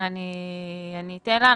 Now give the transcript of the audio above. אני אתן לה,